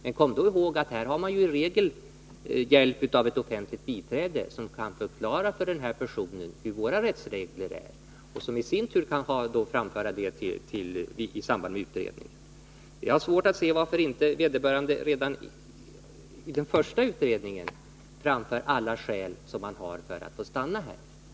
Men kom då ihåg, att här har personen i fråga som regel hjälp av ett offentligt biträde som kan förklara hur våra rättsregler är och som sedan kan framföra de tillkommande skälen i samband med utredningen. Men jag har svårt att se varför vederbörande inte redan i samband med den första utredningen framför alla skäl som han har för att få stanna här.